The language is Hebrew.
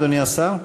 אדוני השר?